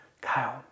Kyle